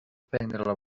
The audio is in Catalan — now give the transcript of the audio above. prendre